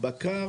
הבקר